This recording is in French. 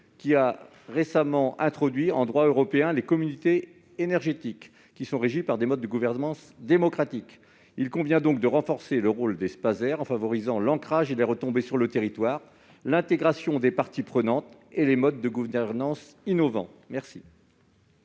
qui a récemment introduit dans le droit européen les « communautés énergétiques », régies par des modes de gouvernance démocratique. Il convient donc de renforcer le rôle des Spaser en favorisant l'ancrage et les retombées sur le territoire, l'intégration des parties prenantes et les modes de gouvernance innovants. Les